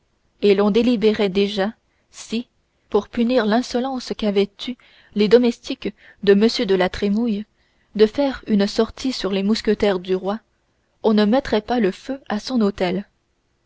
et l'on délibérait déjà si pour punir l'insolence qu'avaient eue les domestiques de m de la trémouille de faire une sortie sur les mousquetaires du roi on ne mettrait pas le feu à son hôtel